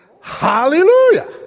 hallelujah